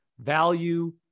value